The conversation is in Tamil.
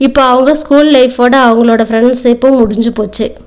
இப்போது அவங்க ஸ்கூல் லைஃப் ஓட அவங்களோடய ஃப்ரெண்ட்ஸிப்பும் முடிஞ்சு போச்சு